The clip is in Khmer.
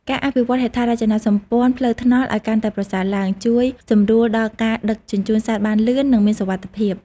ការអភិវឌ្ឍហេដ្ឋារចនាសម្ព័ន្ធផ្លូវថ្នល់ឱ្យកាន់តែប្រសើរឡើង ជួយសម្រួលដល់ការដឹកជញ្ជូនសត្វបានលឿន និងមានសុវត្ថិភាព។